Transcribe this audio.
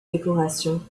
décoration